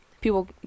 people